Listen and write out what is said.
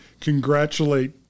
congratulate